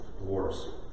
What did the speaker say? wars